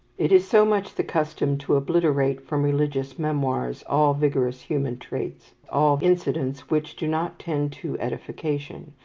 it is so much the custom to obliterate from religious memoirs all vigorous human traits, all incidents which do not tend to edification,